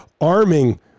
arming